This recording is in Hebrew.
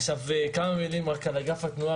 אגף התנועה